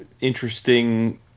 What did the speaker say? interesting